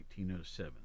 1907